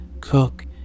cook